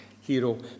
hero